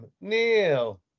Neil